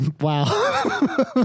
Wow